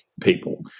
people